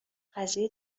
قضیه